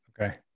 okay